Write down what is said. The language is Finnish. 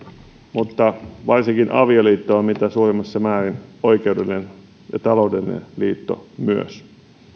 mutta varsinkin avioliitto on mitä suurimmassa määrin oikeudellinen ja taloudellinen liitto myös